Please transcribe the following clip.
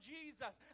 Jesus